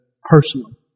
personally